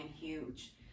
huge